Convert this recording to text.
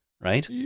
right